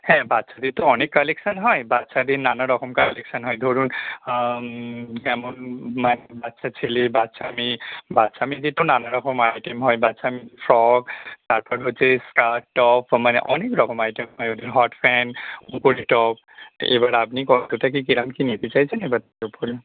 হ্যাঁ বাচ্চাদের তো অনেক কালেকশান হয় বাচ্চাদের নানা রকম কালেকশান হয় ধরুন যেমন বাচ্ বাচ্চা ছেলে বাচ্চা মেয়ে বাচ্চা মেয়েদের তো নানা রকম আইটেম হয় বাচ্চা ফ্রক তারপর হচ্ছে স্কার্ট টপ মানে অনেক রকম আইটেম হয় ওদের হট প্যান্ট উপরে টপ এবার আপনি কতটা কী কীরকম কী নিতে চাইছেন এবার তো বলুন